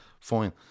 Fine